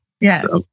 yes